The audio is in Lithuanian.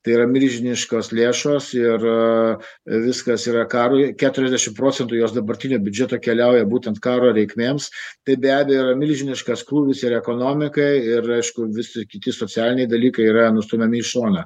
tai yra milžiniškos lėšos ir viskas yra karui keturiasdešimt procentų jos dabartinio biudžeto keliauja būtent karo reikmėms tai be abejo yra milžiniškas krūvis ir ekonomikai ir aišku visi kiti socialiniai dalykai yra nustumiami į šoną